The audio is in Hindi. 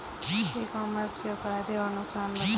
ई कॉमर्स के फायदे और नुकसान बताएँ?